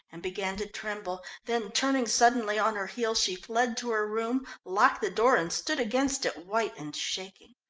and began to tremble, then turning suddenly on her heel, she fled to her room, locked the door and stood against it, white and shaking.